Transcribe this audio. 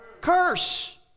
curse